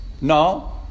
No